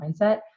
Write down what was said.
mindset